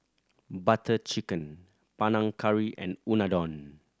Butter Chicken Panang Curry and Unadon